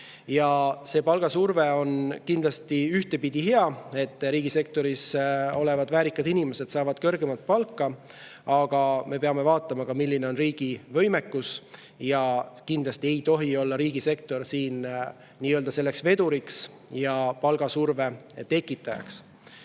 Palgasurve on kindlasti ühtepidi hea: riigisektoris [töötavad] väärikad inimesed saavad kõrgemat palka. Aga me peame ka vaatama, milline on riigi võimekus. Ja kindlasti ei tohi riigisektor olla nii-öelda vedur ja palgasurve tekitaja.